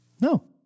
No